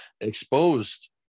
exposed